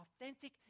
authentic